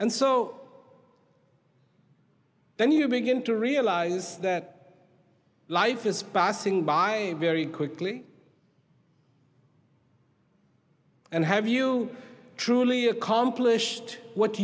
and so then you begin to realize that life is passing by very quickly and have you truly accomplished what